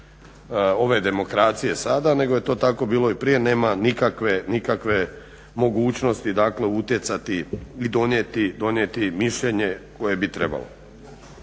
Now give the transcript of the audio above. ove demokracije sada, nego je to tako bilo i prije, nema nikakve mogućnosti, dakle utjecati i donijeti mišljenje koje bi trebalo.